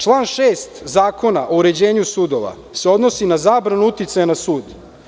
Član 6. Zakona o uređenju sudova se odnosi na zabranu uticaja na sud.